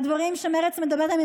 הדברים שמרצ מדברת עליהם,